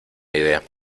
idea